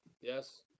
Yes